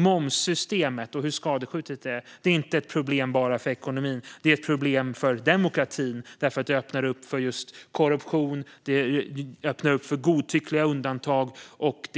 Momssystemet och att det är så skadskjutet är inte ett problem bara för ekonomin. Det är ett problem för demokratin, för det öppnar upp för korruption och godtyckliga undantag och